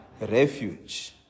refuge